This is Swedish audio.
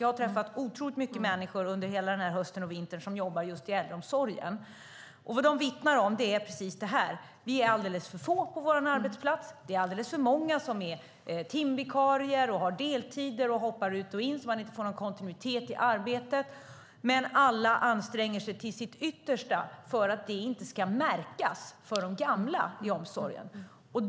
Jag har träffat många människor under hela hösten och vintern som jobbar i äldreomsorgen. Vad de säger är det här: Vi är alldeles för få på vår arbetsplats och det är alldeles för många som är timvikarier och har deltider och hoppar ut och in så att man inte får någon kontinuitet i arbetet, men alla anstränger sig till sitt yttersta för att det inte ska märkas för de gamla i omsorgen.